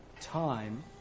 time